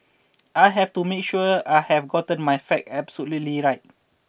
I have to make sure I have gotten my fact absolutely right